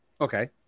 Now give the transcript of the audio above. Okay